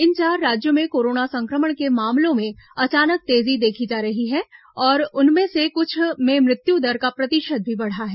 इन चार राज्यों में कोरोना संक्रमण के मामलों में अचानक तेजी देखी जा रही है और उनमें से कुछ में मृत्यु दर का प्रतिशत भी बढा है